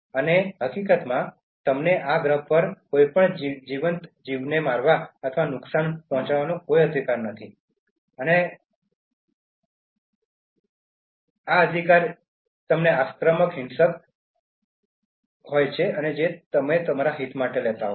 અને હકીકતમાં તમને આ ગ્રહ પરના કોઈ પણ જીવંત જીવને મારવા અથવા નુકસાન પહોંચાડવાનો તમને કોઈ અધિકાર નથી અને તમને આ અધિકાર છે કે તમે આક્રમક હિંસક રીતે તમારા માટે લેતા હોવ તેનો પણ અધિકાર નથી